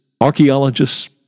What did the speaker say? archaeologists